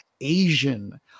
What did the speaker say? Asian